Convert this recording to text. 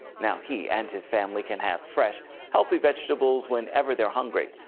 now, he and his family can have fresh healthy vegetables whenever they are hungry.